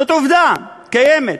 זאת עובדה קיימת,